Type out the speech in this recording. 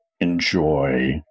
enjoy